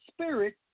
Spirit